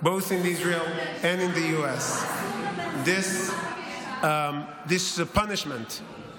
both in Israel and in the US. This is the punishment because